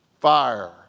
fire